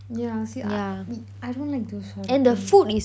yeah see I don't like those sort of things